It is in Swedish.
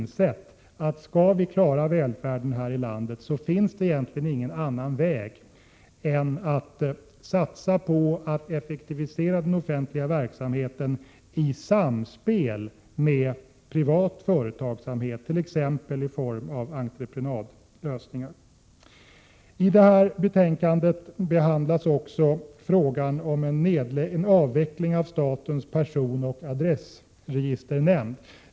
De har insett att skall vi klara en utbyggnad av välfärden här i landet så finns det egentligen ingen annan väg än att satsa på en effektivisering av den offentliga verksamheten, bl.a. i samspel med privat företagsamhet i form av entreprenadlösningar. Fru talman! I detta betänkande behandlas också frågan om en avveckling av statens personoch adressregisternämnd.